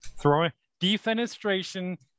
Defenestration